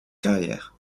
carrière